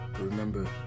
Remember